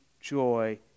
joy